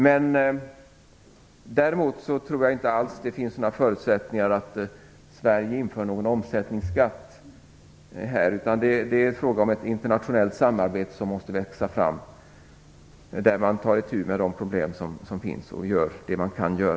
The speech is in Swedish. Men däremot tror jag inte alls att det finns några förutsättningar att Sverige inför någon omsättningsskatt, utan det är fråga om att ett internationellt samarbete måste växa fram där man tar itu med de problem som finns och gör det man kan.